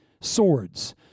swords